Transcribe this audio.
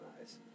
eyes